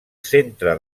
centre